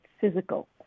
physical